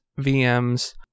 VMs